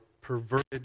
perverted